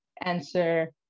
answer